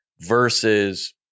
versus